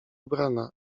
ubrana